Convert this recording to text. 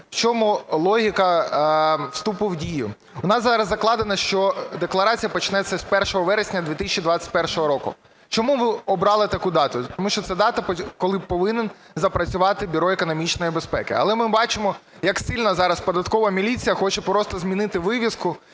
в чому логіка вступу в дію. У нас зараз закладено, що декларація почнеться з 1 вересня 2021 року. Чому ми обрали таку дату? Тому що це дата, коли повинно запрацювати Бюро економічної безпеки. Але ми бачимо, як сильно зараз податкова міліція хоче просто змінити вивіску